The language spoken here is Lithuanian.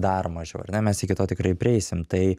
dar mačiau ar ne mes iki to tikrai prieisim tai